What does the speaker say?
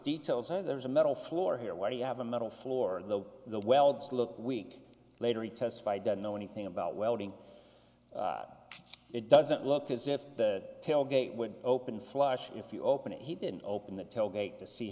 details and there's a metal floor here where you have a metal floor and though the welds look week later he testified don't know anything about welding it doesn't look as if the tailgate would open flush if you open it he didn't open the tailgate to see